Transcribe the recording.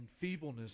feebleness